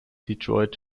detroit